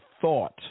thought